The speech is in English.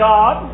God